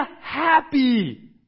happy